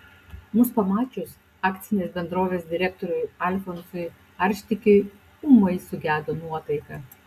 mus pamačius akcinės bendrovės direktoriui alfonsui arštikiui ūmai sugedo nuotaika